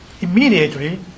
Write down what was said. immediately